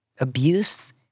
abuse